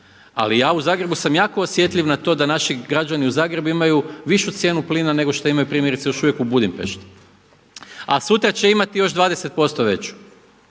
Ali ja u Zagrebu sam jako osjetljiv na to da naši građani u Zagrebu imaju višu cijenu plina nego što imaju primjerice još uvijek u Budimpešti, a sutra će imati još 20% veću.